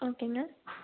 ஓகேங்க